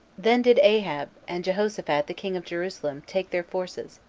then did ahab, and jehoshaphat the king of jerusalem, take their forces,